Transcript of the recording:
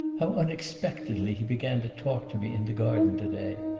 how unexpectedly he began to talk to me in the garden to-day!